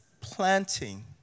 planting